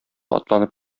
атланып